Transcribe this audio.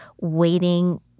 waiting